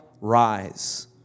rise